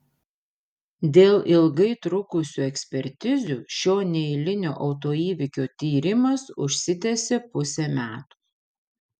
dėl ilgai trukusių ekspertizių šio neeilinio autoįvykio tyrimas užsitęsė pusę metų